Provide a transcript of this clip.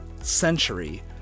century